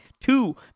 Two